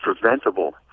preventable